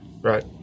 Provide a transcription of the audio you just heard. Right